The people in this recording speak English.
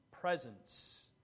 presence